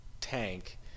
tank